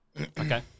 Okay